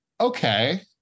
okay